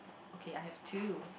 okay I have two